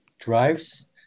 drives